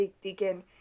Deacon